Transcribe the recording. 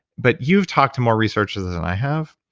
but you've talked to more researchers than i have.